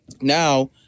now